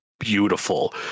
beautiful